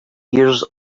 years